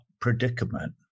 predicament